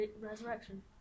resurrection